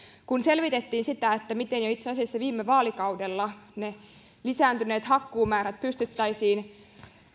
kun selvitettiin sitä miten jo itse asiassa viime vaalikaudella lisääntyneet hakkuumäärät pystyttäisiin